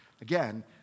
Again